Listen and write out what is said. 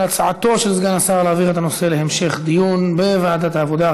על הצעתו של סגן השר להעביר את הנושא להמשך דיון בוועדת העבודה,